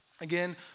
again